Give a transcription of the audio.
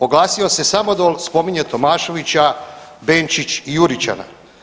Oglasio se Samodol, spominje Tomaševića, Benčić i Juričana.